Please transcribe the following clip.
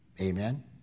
Amen